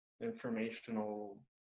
informational